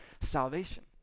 salvation